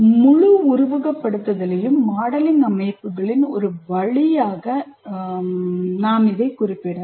முழு உருவகப்படுத்துதலையும் மாடலிங் அமைப்புகளின் ஒரு வழியாக நான் குறிப்பிடலாம்